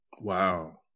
Wow